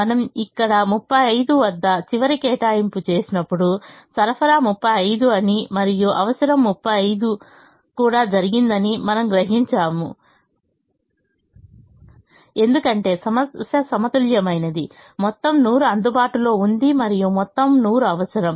మనము ఇక్కడ 35 వద్ద చివరి కేటాయింపు చేసినప్పుడు సరఫరా 35 అని మరియు అవసరం 35 కూడా జరిగిందని మనము గ్రహించాము ఎందుకంటే సమస్య సమతుల్యమైనది మొత్తం 100 అందుబాటులో ఉంది మరియు మొత్తం 100 అవసరం